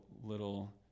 little